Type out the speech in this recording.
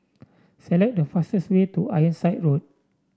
select the fastest way to Ironside Road